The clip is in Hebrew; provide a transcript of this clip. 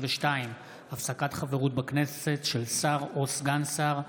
52) (הפסקת חברות בכנסת של שר או סגן שר),